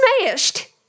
smashed